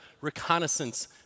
reconnaissance